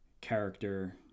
character